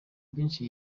byinshi